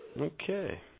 Okay